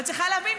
את צריכה להבין,